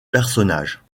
personnage